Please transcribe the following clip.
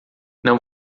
não